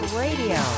radio